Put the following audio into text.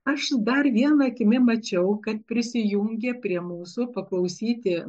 aš dar viena akimi mačiau kad prisijungė prie mūsų paklausyti